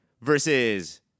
Versus